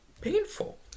painful